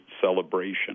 celebration